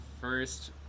first